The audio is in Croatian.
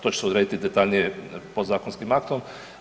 To će se odrediti detaljnije podzakonskim aktom.